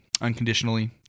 unconditionally